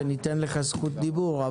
כאשר ניתן לך רשות דיבור,